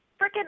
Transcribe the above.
freaking